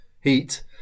Heat